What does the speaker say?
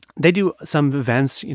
they do some events, you